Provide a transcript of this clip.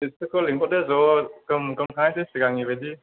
बेसोरखौ लिंहरदो ज' गोम गोम थांनायसै सिगांनि बादि